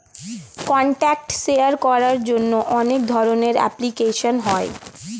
contact share করার জন্য অনেক ধরনের অ্যাপ্লিকেশন হয়